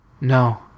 No